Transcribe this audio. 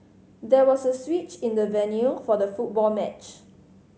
there was a switch in the venue for the football match